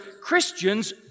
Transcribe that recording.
Christians